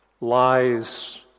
lies